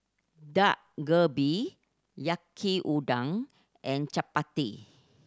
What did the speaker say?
Dak Galbi Yaki Udon and Chapati